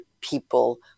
people